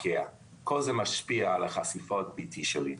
כל זה משפיע על החשיפה הביתית שלי.